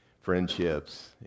friendships